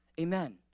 Amen